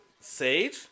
Sage